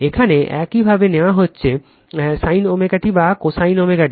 এখানে একইভাবে নেওয়া হচ্ছে রেফার টাইম 1414 sin ω t বা cosine ω t